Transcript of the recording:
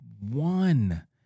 one